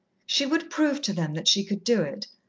she would prove to them that she could do it,